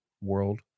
world